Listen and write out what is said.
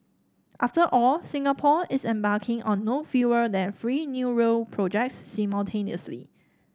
after all Singapore is embarking on no fewer than three new rail projects simultaneously